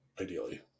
Ideally